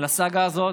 לסאגה הזאת.